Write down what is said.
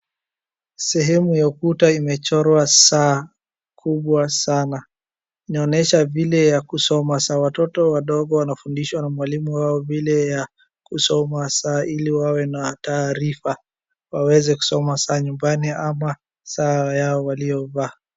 Sehemu ya ukuta imechorwa saa kubwa sana. Inaonyesha vile ya kusoma saa, watoto wadogo wanafundishwa na mwalimu wao vile ya kusoma saa ili wawe na taarifa waweze kusoma saa nyumbani ama saa yao waliovaa.